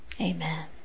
Amen